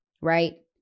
right